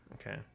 Okay